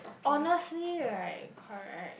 honestly right correct